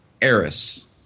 Eris